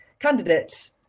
candidates